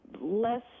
less